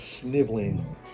sniveling